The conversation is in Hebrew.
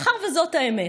מאחר שזאת האמת,